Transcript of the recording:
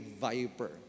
viper